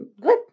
Good